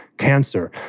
cancer